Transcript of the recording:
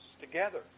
together